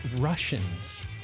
Russians